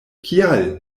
kial